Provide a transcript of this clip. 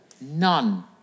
none